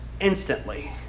instantly